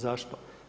Zašto?